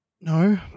No